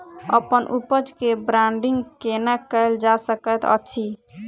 अप्पन उपज केँ ब्रांडिंग केना कैल जा सकैत अछि?